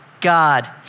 God